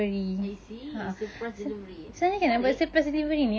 I see surprise delivery menarik